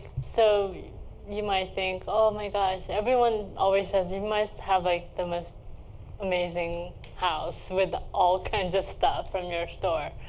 so you might think, oh my gosh everyone always says, you must have the most amazing house with all kinds of stuff from your store.